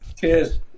Cheers